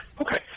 Okay